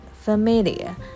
familiar